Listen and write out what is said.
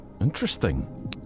Interesting